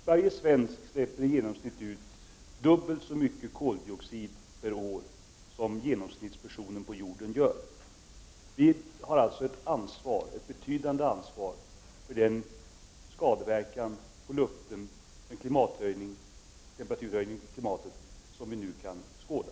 Herr talman! Varje svensk släpper i genomsnitt ut dubbelt så mycket koldioxid per år som genomsnittspersonen på jorden. Vi har således ett betydande ansvar för den skadeverkan på luften med temperaturhöjningar i klimatet som vi nu kan skåda.